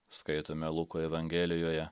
skaitome luko evangelijoje